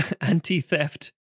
anti-theft